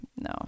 No